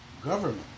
government